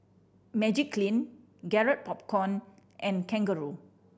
Magiclean Garrett Popcorn and Kangaroo